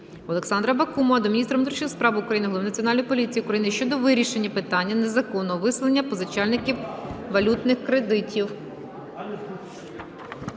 Олександра Бакумова до міністра внутрішніх справ України, Голови Національної поліції України щодо вирішення питання незаконного виселення позичальників валютних кредитів.